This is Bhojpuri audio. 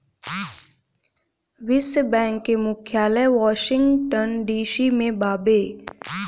विश्व बैंक के मुख्यालय वॉशिंगटन डी.सी में बावे